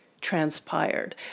transpired